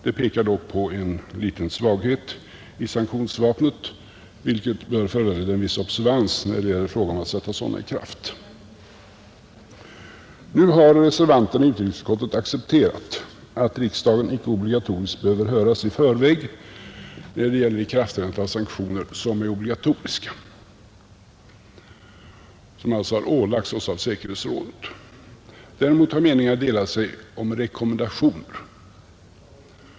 Det pekar dock på en liten svaghet i sanktionsvapnet, vilken bör föranleda en viss observans när det gäller frågor om att sätta sanktioner i kraft. Nu har reservanterna i utrikesutskottet accepterat att riksdagen icke obligatoriskt behöver höras i förväg när det gäller ikraftträdandet av sanktioner som är obligatoriska och som alltså har ålagts oss av säkerhetsrådet. Däremot har meningarna delat sig om rekommendationer.